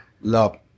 love